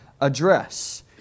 address